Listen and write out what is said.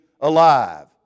alive